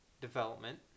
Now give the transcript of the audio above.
development